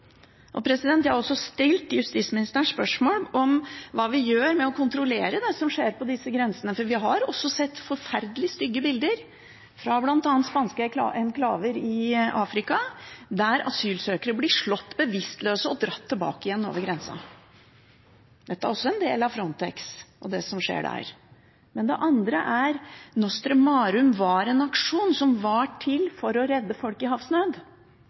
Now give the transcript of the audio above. Jeg har også stilt justisministeren spørsmål om hva vi gjør med å kontrollere det som skjer på disse grensene, for vi har sett forferdelig stygge bilder fra bl.a. spanske enklaver i Afrika, der asylsøkere blir slått bevisstløse og dratt tilbake igjen over grensa. Dette er også en del av Frontex og det som skjer der. For det andre: Mare Nostrum var en aksjon som var til for å redde folk i